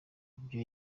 ivyo